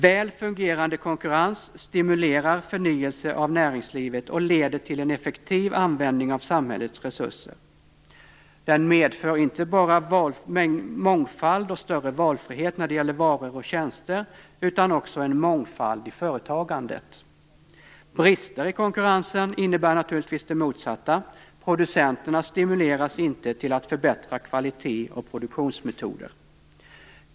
Väl fungerande konkurrens stimulerar förnyelse av näringslivet och leder till en effektiv användning av samhällets resurser. Den medför inte bara mångfald och större valfrihet när det gäller varor och tjänster utan också en mångfald i företagande. Brister i konkurrensen innebär naturligtvis det motsatta. Producenterna stimuleras inte till att förbättra kvalitet och produktionsmetoder.